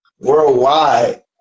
Worldwide